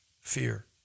fear